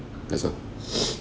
that's all